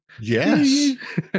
Yes